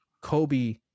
Kobe